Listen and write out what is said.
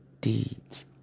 deeds